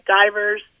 divers